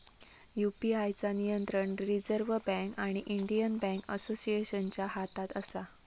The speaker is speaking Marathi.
यू.पी.आय चा नियंत्रण रिजर्व बॅन्क आणि इंडियन बॅन्क असोसिएशनच्या हातात असा